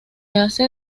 hace